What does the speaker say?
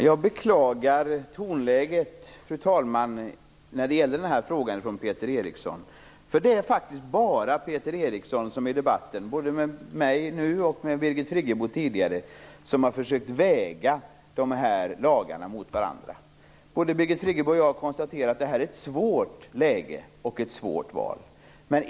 Fru talman! Jag beklagar Peter Erikssons tonläge i frågan. Det är faktiskt bara Peter Eriksson som i debatten, både med mig nu och med Birgit Friggebo tidigare, har försökt att väga lagarna mot varandra. Både Birgit Friggebo och jag har konstaterat att detta är ett svårt läge och ett svårt val.